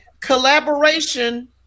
collaboration